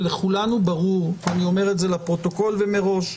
ולכולנו ברור, ואני אומר את זה לפרוטוקול ומראש,